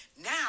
now